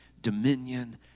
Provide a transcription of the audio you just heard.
dominion